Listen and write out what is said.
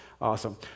awesome